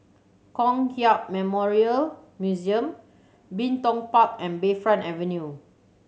Kong Hiap Memorial Museum Bin Tong Park and Bayfront Avenue